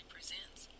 presents